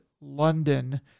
London